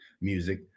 Music